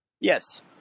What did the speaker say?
Yes